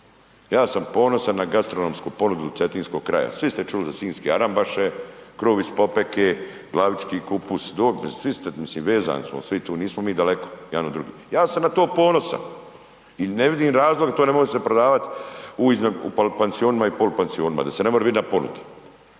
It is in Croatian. Ja sam ponosan na gastronomsku ponudu Cetinskog kraja. Svi ste čuli za sinjske arambaše, kruh iz popeke, glavički kupus, svi ste, mislim vezani smo svi tu, nismo mi daleko jedan od drugih. Ja sam na to ponosan i ne vidim razloga … /ne razumije se/… prodavati u pansionima i polupansionima da se ne mora biti na ponudi.